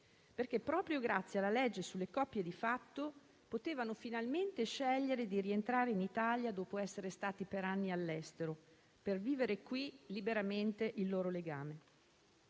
perché proprio grazie alla legge sulle coppie di fatto potevano finalmente scegliere di rientrare in Italia dopo essere stati per anni all'estero, per vivere qui liberamente il loro legame.